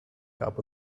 gab